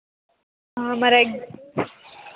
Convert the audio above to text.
మరి అయితే